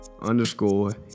underscore